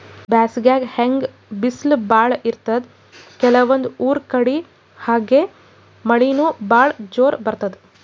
ಬ್ಯಾಸ್ಗ್ಯಾಗ್ ಹೆಂಗ್ ಬಿಸ್ಲ್ ಭಾಳ್ ಇರ್ತದ್ ಕೆಲವಂದ್ ಊರ್ ಕಡಿ ಹಂಗೆ ಮಳಿನೂ ಭಾಳ್ ಜೋರ್ ಬರ್ತದ್